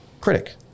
critic